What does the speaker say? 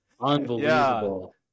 unbelievable